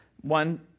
one